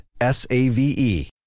S-A-V-E